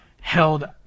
held